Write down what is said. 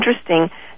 interesting